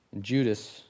Judas